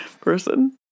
person